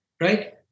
Right